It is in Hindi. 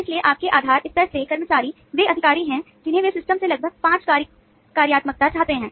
इसलिए आपके आधार स्तर के कर्मचारी वे अधिकारी हैं जिन्हें वे सिस्टम से लगभग पाँच कार्यात्मकता चाहते हैं